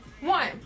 one